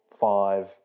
five